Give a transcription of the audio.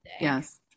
yes